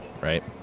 right